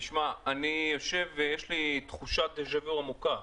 אני יושב פה ויש לי תחושת דז'ה-וו עמוקה.